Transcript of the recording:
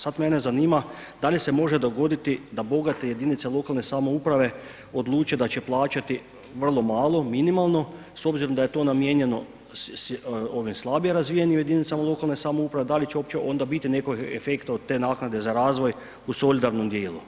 Sad mene zanima da li se može dogoditi da bogate jedinice lokalne samouprave odluče da će plaćati vrlo malo, minimalno s obzirom da je to namijenjeno ovim slabijim razvijenim jedinicama lokalne samouprave, da li će uopće onda biti nekog efekta od te naknade za razvoj u solidarnom djelu?